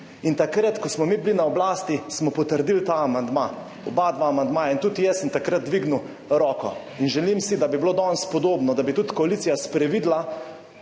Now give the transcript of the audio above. in takrat, ko smo mi bili na oblasti, smo potrdili ta amandma, oba amandmaja. Tudi jaz sem takrat dvignil roko in želim si, da bi bilo danes podobno, da bi tudi koalicija sprevidela,